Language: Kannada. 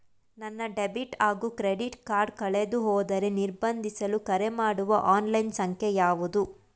ನನ್ನ ಡೆಬಿಟ್ ಹಾಗೂ ಕ್ರೆಡಿಟ್ ಕಾರ್ಡ್ ಕಳೆದುಹೋದರೆ ನಿರ್ಬಂಧಿಸಲು ಕರೆಮಾಡುವ ಆನ್ಲೈನ್ ಸಂಖ್ಯೆಯಾವುದು?